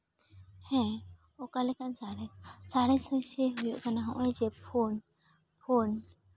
ᱦᱮᱸ ᱚᱠᱟ ᱞᱮᱠᱟᱱ ᱥᱟᱬᱮᱥ ᱥᱟᱬᱮᱥ ᱦᱚᱸ ᱥᱮ ᱦᱩᱭᱩᱜ ᱠᱟᱱᱟ ᱦᱚᱜᱼᱚᱭ ᱡᱮ ᱯᱷᱳᱱ ᱯᱷᱳᱱ